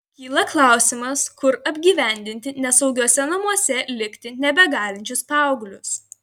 kyla klausimas kur apgyvendinti nesaugiuose namuose likti nebegalinčius paauglius